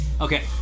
Okay